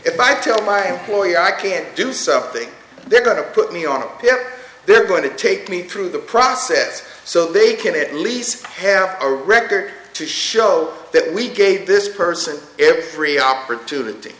if i tell my employer i can't do something they're going to put me off him they're going to take me through the process so they can at least have a record to show that we gave this person every opportunity